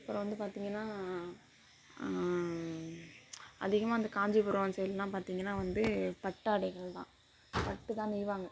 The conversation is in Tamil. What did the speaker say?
அப்புறம் வந்து பார்த்திங்கன்னா அதிகமாக வந்து காஞ்சிபுரம் அந்த சைட்லலாம் பார்த்திங்கன்னா வந்து பட்டாடைகள் தான் பட்டு தான் நெய்வாங்கள்